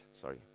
Sorry